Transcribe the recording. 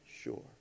sure